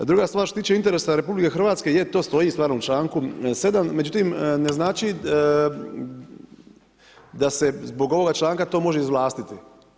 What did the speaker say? A druga stvar, što se tiče interesa RH je to stoji stvarno u članku 7., međutim ne znači da se zbog ovoga članka to može izvlastiti.